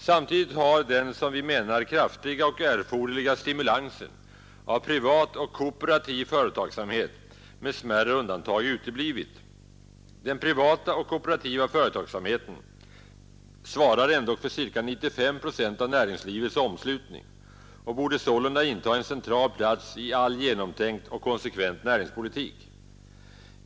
Samtidigt har den som vi menar kraftiga och erforderliga stimulansen av privat och kooperativ företagsamhet med smärre undantag uteblivit. Den privata och kooperativa företagsamheten svarar ändock för c:a 95 procent av näringslivets omslutning och borde sålunda inta en central plats i all genomtänkt och konsekvent näringspolitik.